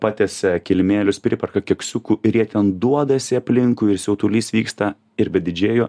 patiesia kilimėlius priperka keksiukų ir jie ten duodasi aplinkui ir siautulys vyksta ir be didžėjo